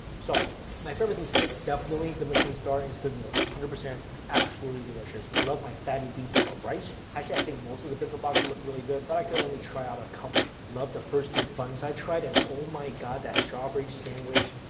so my favorite thing today definitely the michelin star instant noodles, hundred percent absolutely delicious i love my fatty beef over rice actually, i think most of the bento box looked really good, but i could only try out a couple. love the first two buns i tried and oh my god that strawberry sandwich.